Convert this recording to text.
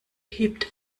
hebt